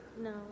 No